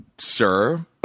sir